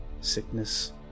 sickness